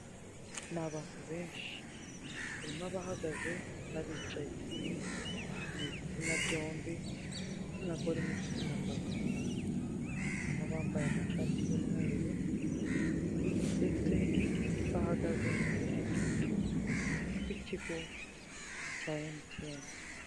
Ni abantu benshi. Harimo abahagaze n'abicaye. Ni ibitsina byombi igitsina gore n'igitsina gabo, harimo abambaye amashati y'umweru ndetse bahagaze mu tuzu duto tw'ikigo cya emutiyene.